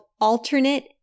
alternate